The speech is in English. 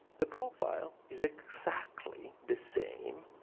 the profile is exactly the same,